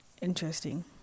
interesting